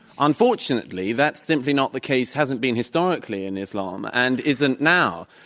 unfortunately, that's simply not the case, hasn't been historically in islam, and isn't now.